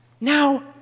Now